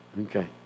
Okay